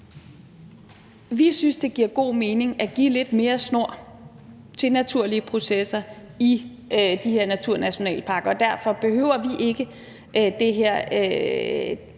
Vi synes, det giver god mening at give lidt mere snor til naturlige processer i de her naturnationalparker, og derfor behøver vi ikke det her,